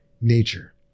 nature